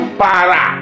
para